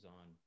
on